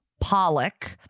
Pollock